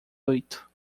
oito